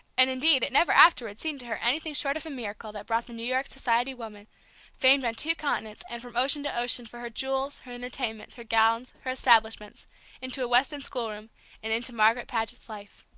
and indeed it never afterward seemed to her anything short of a miracle that brought the new york society woman famed on two continents and from ocean to ocean for her jewels, her entertainments, her gowns, her establishments into a weston schoolroom, and into margaret paget's life.